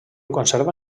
conserva